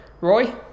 Roy